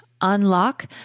unlock